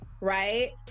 right